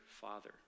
father